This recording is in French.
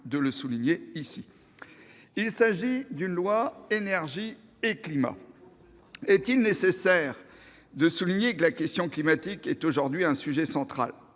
de le souligner. Il s'agit d'une loi sur l'énergie et le climat. Est-il nécessaire de souligner que la question climatique est aujourd'hui un sujet central ?